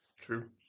True